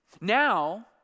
Now